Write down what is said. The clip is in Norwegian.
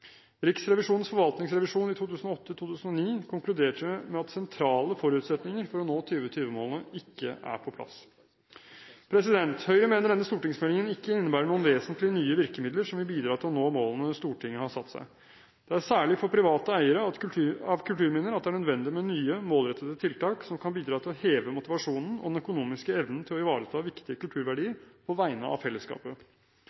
Riksrevisjonens forvaltningsrevisjon i 2008–2009 konkluderte med at sentrale forutsetninger for å nå 2020-målene ikke er på plass. Høyre mener denne stortingsmeldingen ikke innebærer noen vesentlige nye virkemidler som vil bidra til å nå målene Stortinget har satt seg. Det er særlig for private eiere av kulturminner at det er nødvendig med nye målrettede tiltak som kan bidra til å heve motivasjonen og den økonomiske evnen til å ivareta viktige